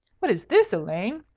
what is this, elaine?